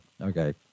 Okay